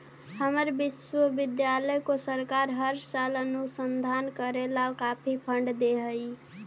हमर विश्वविद्यालय को सरकार हर साल अनुसंधान करे ला काफी फंड दे हई